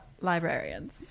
librarians